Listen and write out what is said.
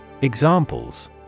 Examples